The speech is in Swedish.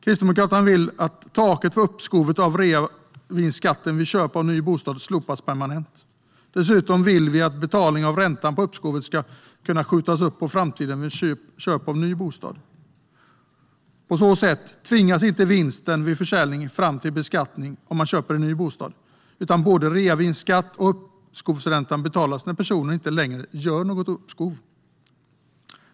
Kristdemokraterna vill att taket för uppskov av reavinstskatten vid köp av ny bostad slopas permanent. Dessutom vill vi att betalningen av räntan på uppskovet ska kunna skjutas på framtiden vid köp av ny bostad. På så sätt tvingas inte vinsten vid försäljning gå till beskattning om man köper en ny bostad, utan både reavinstskatt och uppskovsränta betalas när personen inte längre gör något uppskov.